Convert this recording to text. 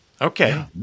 Okay